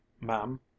ma'am